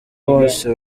bose